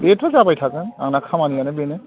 बेथ' जाबाय थागोन आंना खामानियानो बेनो